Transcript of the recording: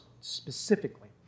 specifically